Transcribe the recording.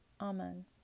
Amen